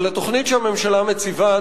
אבל התוכנית שהממשלה מציבה,